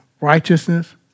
Righteousness